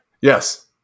Yes